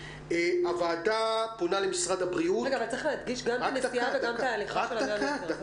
אבל צריך להדגיש את הנסיעה וגם את ההליכה של ה-100 מטר.